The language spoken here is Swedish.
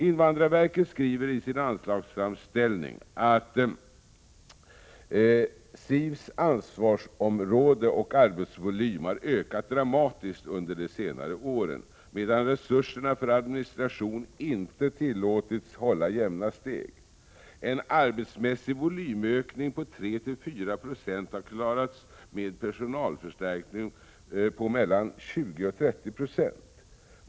Invandrarverket skriver i sin anslagsframställning att ”STV:s ansvarsområde och arbetsvolym har ökat dramatiskt under de senare åren, medan resurserna för administration inte tillåtits hålla jämna steg. En arbetsmässig volymökning på 300-400 26 har klarats med personalförstärkning på mellan 20 och 30 96.